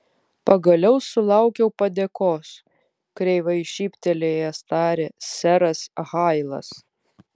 pagaliau sulaukiau padėkos kreivai šyptelėjęs tarė seras hailas